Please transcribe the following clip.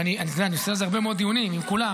ואני עושה על זה הרבה מאוד דיונים עם כולם,